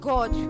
God